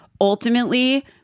ultimately